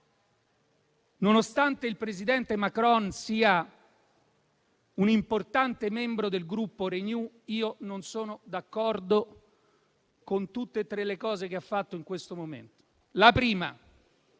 Nonostante il presidente Macron sia un importante membro del Gruppo Renew, io non sono d'accordo con tutte e tre le cose che ha fatto in questo momento. In primo